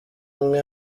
umwe